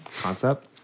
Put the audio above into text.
concept